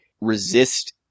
resist